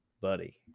buddy